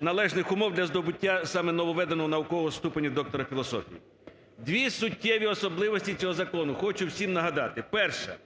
належних умов для здобуття саме нововведеного наукового ступеню доктора філософії. Дві суттєві особливості цього закону хочу всім нагадати. Перша.